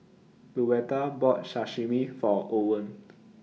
Luetta bought Sashimi For Owen